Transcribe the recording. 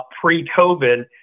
pre-COVID